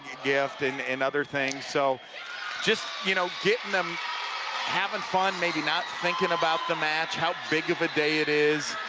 gift and and other things. so just, you know, getting them having fun, maybe not thinking about the match, how big of a day it is,